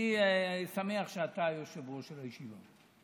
אני שמח שאתה היושב-ראש של הישיבה.